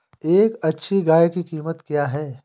एक अच्छी गाय की कीमत क्या है?